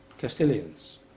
Castilians